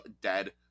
dead